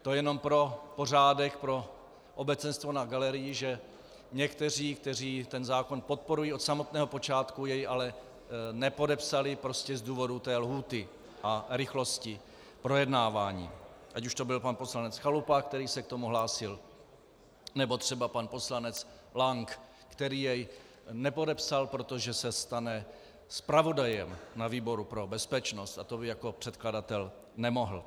To jenom pro pořádek, pro obecenstvo na galerii, že někteří, kteří ten zákon podporují od samotného počátku, jej ale nepodepsali prostě z důvodu té lhůty a rychlosti projednávání, ať už to byl pan poslanec Chalupa, který se k tomu hlásil, nebo třeba pan poslanec Lank, který jej nepodepsal, protože se stane zpravodajem na výboru pro bezpečnost a to by jako předkladatel nemohl.